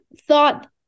thought